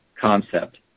concept